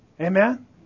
Amen